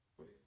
Wait